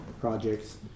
projects